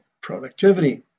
productivity